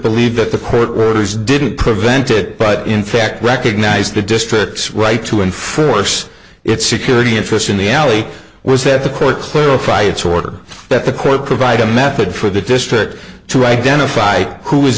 believe that the court orders didn't prevent it but in fact recognized the district's right to enforce its security interests in the alley was that the court clarify its order that the court provide a method for the district to identify who